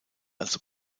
als